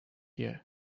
year